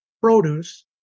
produce